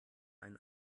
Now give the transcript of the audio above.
einen